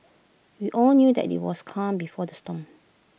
we all knew that IT was calm before the storm